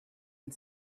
and